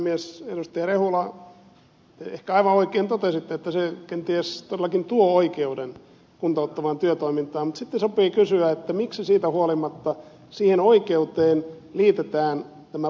rehula ehkä aivan oikein totesitte että se kenties todellakin tuo oikeuden kuntouttavaan työtoimintaan mutta sitten sopii kysyä miksi siitä huolimatta siihen oikeuteen liitetään tämä pakko